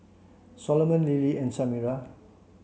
Soloman Lily and Samira